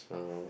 !wow!